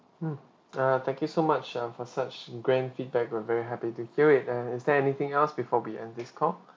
mm err thank you so much um for such grand feedback we're very happy to hear it and is there anything else before we end this call